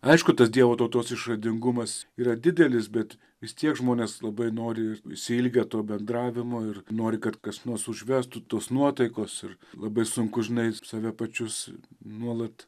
aišku tas dievo tautos išradingumas yra didelis bet vis tiek žmonės labai nori išsiilgę to bendravimo ir nori kad kas nors užvestų tos nuotaikos ir labai sunku žinai save pačius nuolat